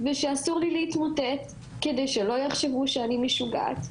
ושאסור לי להתמוטט כדי שלא יחשבו שאני משוגעת.